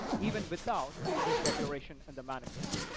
even without this declaration in the manifest.